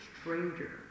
stranger